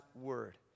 word